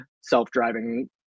self-driving